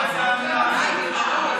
מה זו המילה הזאת?